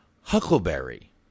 Huckleberry